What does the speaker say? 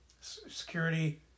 Security